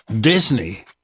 Disney